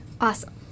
Awesome